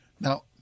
Now